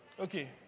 Okay